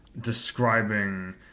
describing